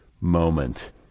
moment